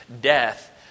Death